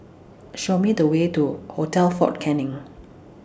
Show Me The Way to Hotel Fort Canning